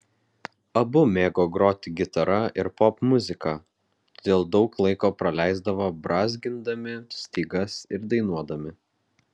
abu mėgo groti gitara ir popmuziką todėl daug laiko praleisdavo brązgindami stygas ir dainuodami